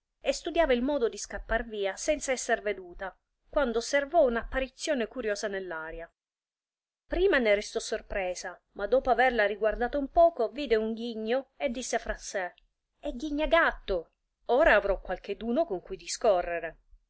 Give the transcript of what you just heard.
e studiava il modo di scappar via senza esser veduta quando osservò un'apparizione curiosa nell'aria prima ne restò sorpresa ma dopo averla riguardata un poco vide un ghigno e disse fra sè è ghignagatto ora avrò qualcheduno con cui discorrere